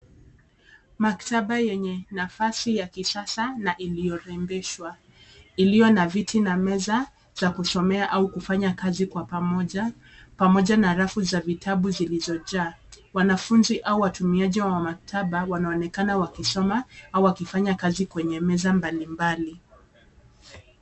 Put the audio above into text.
Makataba yenye nafasi ya kisasa na iliyorembeshwa, iliyo na viti na meza za kusomea au kufanya kazi kwa pamoja, pamoja na rafu za vitabu zilizojaa. Wanafunzi au watumiaji wa maktaba wanaonekana wakisoma au wakifanya kazi kwenye meza mbalimbali.